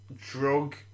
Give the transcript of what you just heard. drug